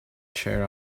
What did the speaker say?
chair